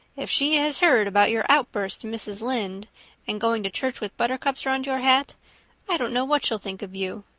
if she has heard about your outburst to mrs. lynde and going to church with buttercups round your hat i don't know what she'll think of you.